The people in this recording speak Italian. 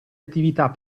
attività